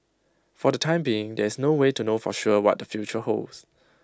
for the time being there is no way to know for sure what their future holds